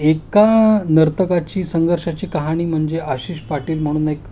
एका नर्तकाची संघर्षाची काहाणी म्हणजे आशिष पाटील म्हणून एक